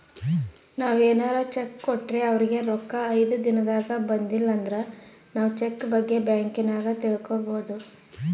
ನಾವು ಏನಾರ ಚೆಕ್ ಕೊಟ್ರೆ ಅವರಿಗೆ ರೊಕ್ಕ ಐದು ದಿನದಾಗ ಬಂದಿಲಂದ್ರ ನಾವು ಚೆಕ್ ಬಗ್ಗೆ ಬ್ಯಾಂಕಿನಾಗ ತಿಳಿದುಕೊಬೊದು